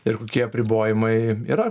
ir kokie apribojimai yra